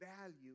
value